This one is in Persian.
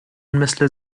مثل